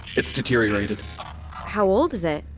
it's deteriorated how old is it?